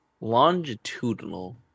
longitudinal